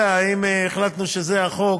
החלטנו שזה החוק,